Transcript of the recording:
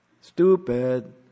Stupid